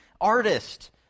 artist